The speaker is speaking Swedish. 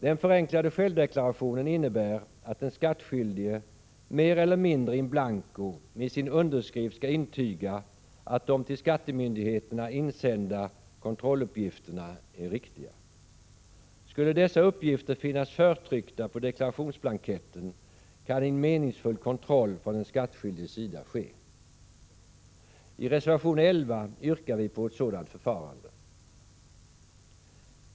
Den förenklade självdeklarationen innebär att den skattskyldige mer eller mindre in blanco med sin underskrift skall intyga att de till skattemyndigheterna insända kontrolluppgifterna är riktiga. Skulle dessa uppgifter finnas förtryckta på deklarationsblanketten, kan en meningsfull kontroll från den skattskyldiges sida ske. I reservation 11 yrkar vi på ett sådant förfarande.